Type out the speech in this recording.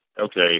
Okay